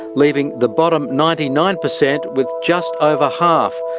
leaving the bottom ninety nine percent with just over half.